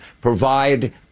provide